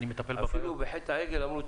אני מטפל -- אפילו בחטא העגל אמרו: